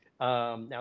Now